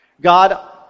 God